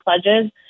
pledges